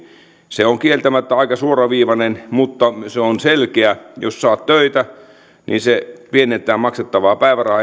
se on kieltämättä aika suoraviivainen mutta se on selkeä jos saat töitä niin se pienentää maksettavaa päivärahaa ja tuhanteen euroon asti valtio takaa sen